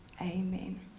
Amen